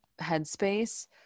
headspace